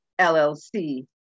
LLC